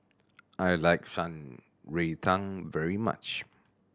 I like Shan Rui Tang very much